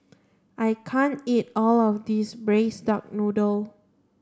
I can't eat all of this braised duck noodle